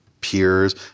peers